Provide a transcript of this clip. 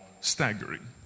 staggering